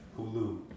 Hulu